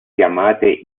chiamate